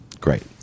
Great